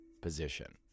position